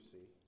See